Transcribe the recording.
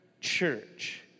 church